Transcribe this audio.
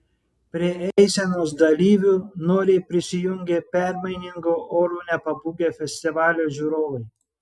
prie eisenos dalyvių noriai prisijungė permainingo oro nepabūgę festivalio žiūrovai